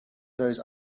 those